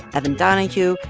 evan donahue,